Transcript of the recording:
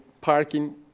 parking